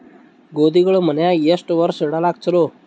ಗೋಧಿಗಳು ಮನ್ಯಾಗ ಎಷ್ಟು ವರ್ಷ ಇಡಲಾಕ ಚಲೋ?